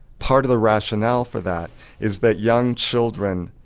part of the rationale for that is that young children,